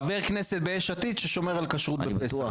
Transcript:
אני חבר כנסת ביש עתיד ששומר על כשרות בפסח,